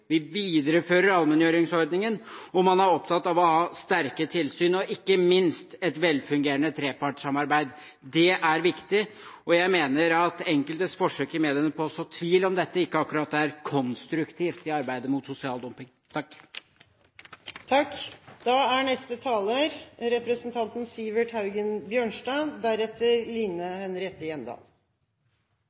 Vi viderefører allmenngjøringsordningen hvor man er opptatt av å ha sterke tilsyn og, ikke minst, et velfungerende trepartssamarbeid. Det er viktig, og jeg mener at enkeltes forsøk i mediene på å så tvil om dette ikke akkurat er konstruktivt i arbeidet mot sosial dumping. Fremskrittspartiet er glad for at regjeringen er